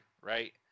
right